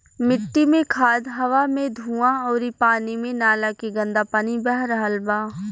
मिट्टी मे खाद, हवा मे धुवां अउरी पानी मे नाला के गन्दा पानी बह रहल बा